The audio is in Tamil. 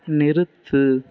நிறுத்து